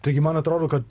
taigi man atrodo kad